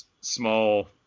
small